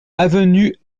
avenue